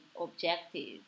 objective